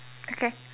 okay